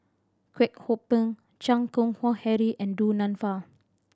Kwek Hong Png Chan Keng Howe Harry and Du Nanfa